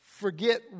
forget